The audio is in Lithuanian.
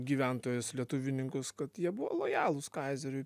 gyventojus lietuvininkus kad jie buvo lojalūs kaizeriui